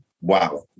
wow